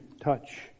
touch